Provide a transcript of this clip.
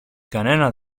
κανένα